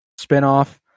spinoff